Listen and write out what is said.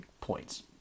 points